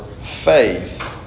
faith